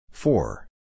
Four